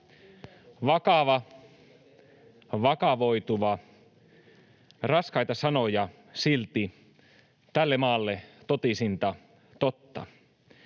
”Vakava”, ”vakavoituva” — raskaita sanoja, silti tälle maalle totisinta totta.